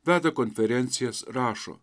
veda konferencijas rašo